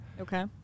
Okay